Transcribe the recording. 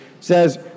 says